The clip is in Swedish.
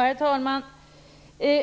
Herr talman!